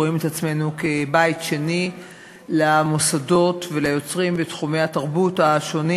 רואים את עצמנו בית שני למוסדות וליוצרים בתחומי התרבות השונים,